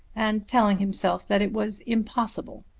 and telling himself that it was impossible.